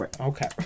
Okay